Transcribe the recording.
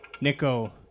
Nico